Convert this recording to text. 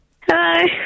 Hi